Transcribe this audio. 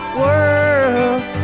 world